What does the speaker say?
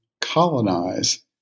colonize